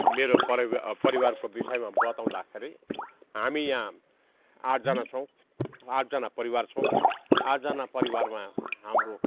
मेरो परि परिवारको विषयमा बताउँदाखेरि हामी यहाँ आठजना छौँ आठजना परिवार छौँ आठजना परिवारमा हाम्रो